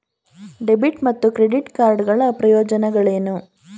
Debit ಮತ್ತು credit card ಗಳ ಪ್ರಯೋಜನಗಳೇನು?